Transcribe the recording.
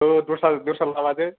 औ दस्रा दस्रा लामाजों